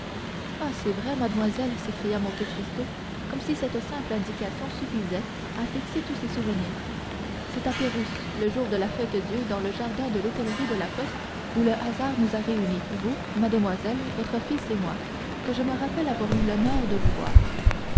ah c'est vrai mademoiselle s'écria monte cristo comme si cette simple indication suffisait à fixer tous ses souvenirs c'est à pérouse le jour de la fête-dieu dans le jardin de l'hôtellerie de la poste où le hasard nous a réunis vous mademoiselle votre fils et moi que je me rappelle avoir eu l'honneur de vous voir